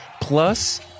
plus